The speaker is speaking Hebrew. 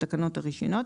לתקנות הרישיונות"